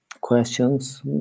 questions